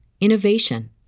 innovation